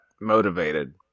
motivated